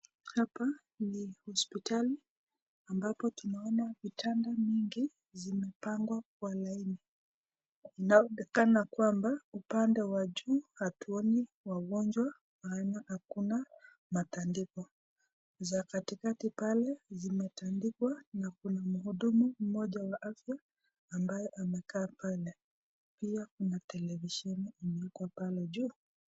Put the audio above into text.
Hapa ni hospitali ambapo tunaona vitanda vingi zimepangwa ka laini inaonekana kwamba upande wa juu hatuoni wagonjwa maana hakuna matandiko, za kati kati pale zimetandikwa na kuna mhudumu mmoja pia wa afya ambaye amekaa pale pia kuna televisheni imeewekwa pale juu.